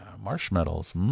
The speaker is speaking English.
Marshmallows